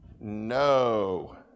No